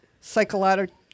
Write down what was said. psychological